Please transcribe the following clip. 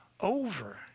over